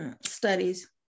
studies